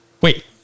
Wait